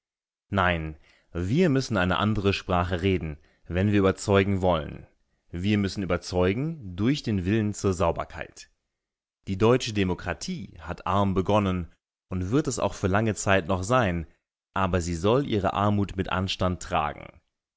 nein wir müssen eine andere sprache reden wenn wir überzeugen wollen wir müssen überzeugen durch den willen zur sauberkeit die deutsche demokratie hat arm begonnen und wird es auch für lange zeit noch sein aber sie soll ihre armut mit anstand tragen